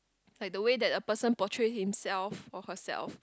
like the way that a person portray himself or herself